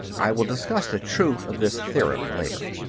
i will discuss the truth of this theorem later.